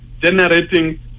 generating